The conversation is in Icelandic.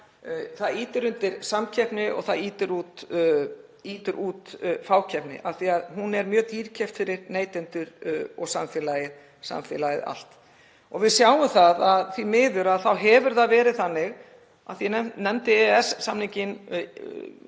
Það ýtir undir samkeppni og það ýtir út fákeppni af því að hún er mjög dýrkeypt fyrir neytendur og samfélagið allt. Við sjáum að því miður hefur það verið þannig, af því að ég nefndi EES-samninginn